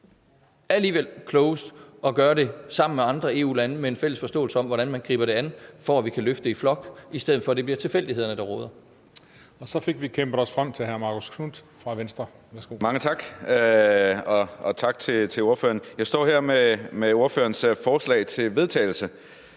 alligevel er klogest at gøre det sammen med andre EU-lande, der har en fælles forståelse af, hvordan man griber det an for at løfte det i flok, i stedet for at det bliver tilfældighederne, der råder.